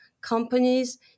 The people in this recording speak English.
companies